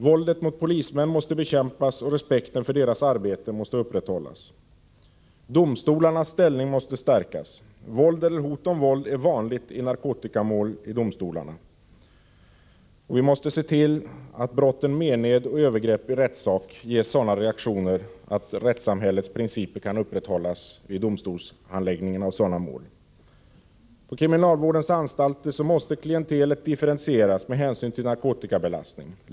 Våldet mot polismän måste bekämpas och respekten för deras arbete upprätthållas. Domstolarnas ställning måste stärkas. Våld eller hot om våld är vanligt i narkotikamåli domstolarna. Vi måste se till att brotten mened och övergrepp i rättssak ges sådana reaktioner att rättssamhällets principer kan upprätthållas vid domstolshandläggningen av sådana mål. På kriminalvårdens anstalter måste klientelet differentieras med hänsyn till narkotikabelastning.